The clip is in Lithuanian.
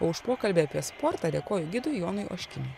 o už pokalbį apie sportą dėkoju gidui jonui oškiniui